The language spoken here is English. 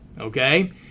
Okay